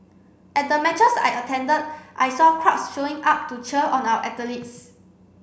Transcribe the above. at the matches I attended I saw crowds showing up to cheer on our athletes